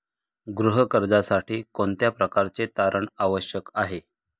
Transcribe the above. गृह कर्जासाठी कोणत्या प्रकारचे तारण आवश्यक आहे?